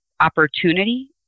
opportunity